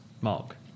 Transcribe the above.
Mark